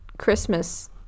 Christmas